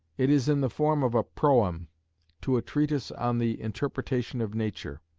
it is in the form of a proem to a treatise on the interpretation of nature.